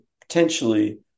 potentially